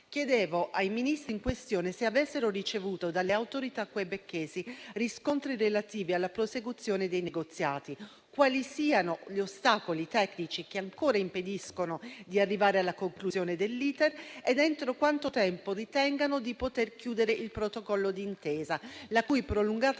chiedevo ai Ministri in questione se avessero ricevuto dalle autorità quebecchesi riscontri relativi alla prosecuzione dei negoziati, quali siano gli ostacoli tecnici che ancora impediscono di arrivare alla conclusione dell'*iter* ed entro quanto tempo ritengano di poter chiudere il protocollo d'intesa, la cui prolungata conclusione